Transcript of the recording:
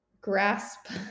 grasp